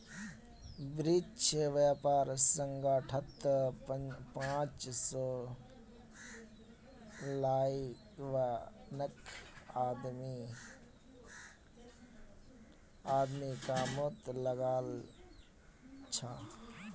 विश्व व्यापार संगठनत पांच सौ इक्यावन आदमी कामत लागल छ